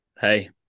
hey